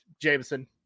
Jameson